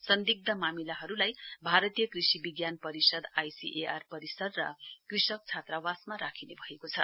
संदिग्ध मामिलाहरूलाई भारतीय कृषि विज्ञान परिषद् आइसीएआर परिसर र कृषक छात्रवासमा राखिने भएको छ